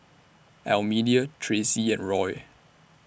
Almedia Traci and Roy